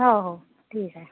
हो हो ठीक आहे